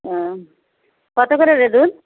হ্যাঁ কতো করে রে দুধ